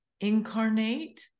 incarnate